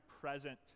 present